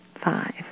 Five